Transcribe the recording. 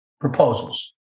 proposals